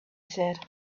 said